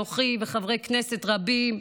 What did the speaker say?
אנוכי וחברי כנסת רבים.